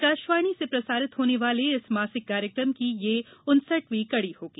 आकाशवाणी से प्रसारित होने वाले इस मासिक कार्यक्रम की यह उनसठवीं कड़ी होगी